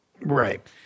Right